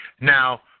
Now